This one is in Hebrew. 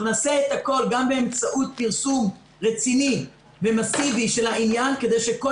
נעשה את הכול גם באמצעות פרסום רציני ומסיבי של העניין כדי שכל